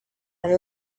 and